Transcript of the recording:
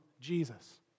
Jesus